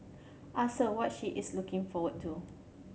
ask her what she is looking forward to